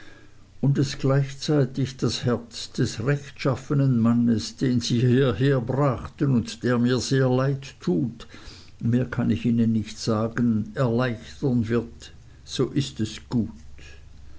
und es gleichzeitig das herz des rechtschaffenen mannes den sie hierherbrachten und der mir sehr leid tut mehr kann ich nicht sagen erleichtert wird so ist es gut